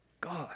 God